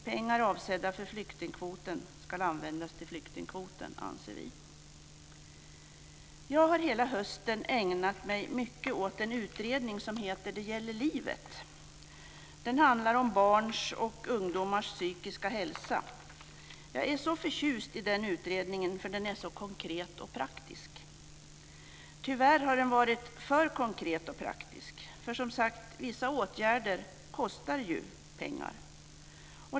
Pengar avsedda för flyktingkvoten ska användas till flyktingkvoten, anser vi. Jag har hela hösten ägnat mig mycket åt en utredning som heter Det gäller livet. Den handlar om barns och ungdomars psykiska hälsa. Jag är så förtjust i den utredningen, för den är så konkret och praktisk. Tyvärr har den varit för konkret och praktisk för, som sagt, vissa åtgärder kostar ju pengar.